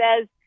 says